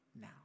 now